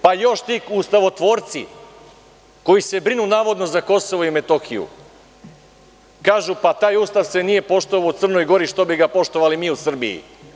Pa, još ti ustavotvorci, koji se brinu navodno za Kosovo i Metohiju, kažu – pa, taj Ustav se nije poštovao u Crnoj Gori, što bi ga poštovali mi u Srbiji?